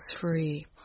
free